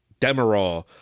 Demerol